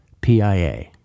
PIA